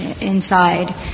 inside